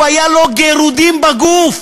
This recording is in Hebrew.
היו לו גירודים בגוף.